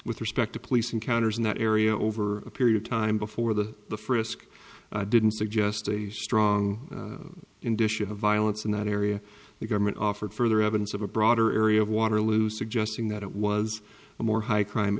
with respect to police encounters in that area over a period of time before the the frisk didn't suggest a strong indication of violence in that area the government offered further evidence of a broader area of waterloo suggesting that it was a more high crime